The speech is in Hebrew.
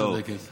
לא צודקת.